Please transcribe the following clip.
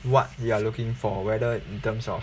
what you are looking for whether in terms of